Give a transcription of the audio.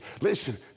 Listen